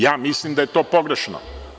Ja mislim da je to pogrešno.